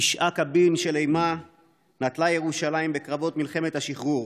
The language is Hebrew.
תשעה קבין של אימה נטלה ירושלים בקרבות מלחמת השחרור,